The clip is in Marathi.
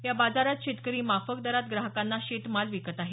या बाजारात शेतकरी माफक दरात ग्राहकांना शेतमाल विकत आहेत